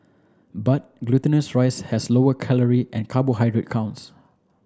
but glutinous rice has lower calorie and carbohydrate counts